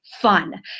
fun